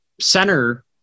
center